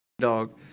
dog